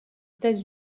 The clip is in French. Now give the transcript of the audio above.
états